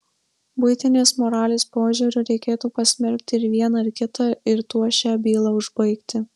buitinės moralės požiūriu reikėtų pasmerkti ir vieną ir kitą ir tuo šią bylą užbaigti